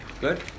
Good